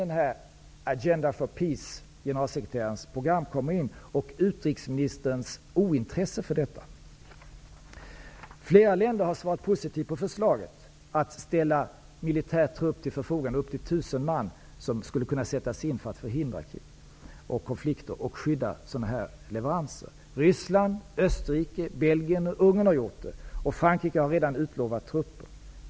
Det är här som Agenda for Peace, generalsekreterarens program, och utrikesministerns ointresse för detta kommer in. Flera länder har svarat positivt på förslaget att ställa militär trupp till förfogande, upp till tusen man, som skulle kunna sättas in för att förhindra krig och konflikter och skydda leveranser. Ryssland, Österrike, Belgien och Ungern har gjort detta, och Frankrike har redan utlovat trupper.